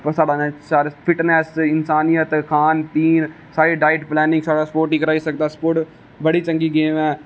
सारी फिटनस इंसान गी खान पीन सारी डाइट प्लेनिंग सारा स्पोट ही कराई सकदा स्पोट बड़ी चंगी गेम ऐ